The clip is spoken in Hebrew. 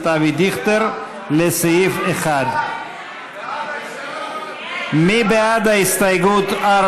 אבי דיכטר לסעיף 1. מי בעד הסתייגות 4?